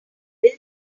built